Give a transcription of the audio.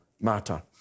matter